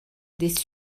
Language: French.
des